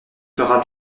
fera